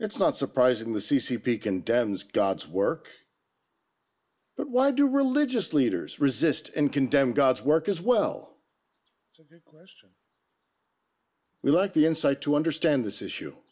it's not surprising the c c p condemns god's work but why do religious leaders resist and condemn god's work as well we like the insight to understand this issue